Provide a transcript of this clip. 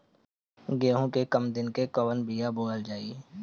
गेहूं के कम दिन के कवन बीआ बोअल जाई?